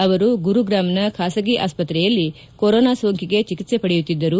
ಅವರು ಗುರುಗ್ರಾಮ್ನ ಖಾಸಗಿ ಆಸ್ಪತ್ರೆಯಲ್ಲಿ ಕೊರೊನಾ ಸೋಂಕಿಗೆ ಚಿಕಿತ್ಸೆ ಪಡೆಯುತ್ತಿದ್ದರು